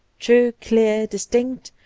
true, clear, distinct,